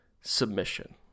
submission